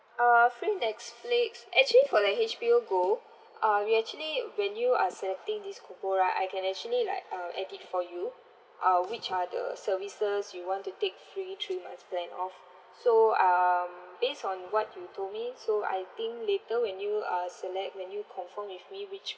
uh free Netflix actually for like H_B_O go uh we actually when you are selecting this combo right I can actually like uh edit for you uh which are the services you want to take free three months plan off so um based on what you told me so I think later when you uh select when you confirm with me which